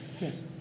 yes